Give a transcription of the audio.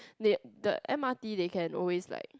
they the M_R_T they can always like